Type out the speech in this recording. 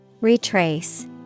Retrace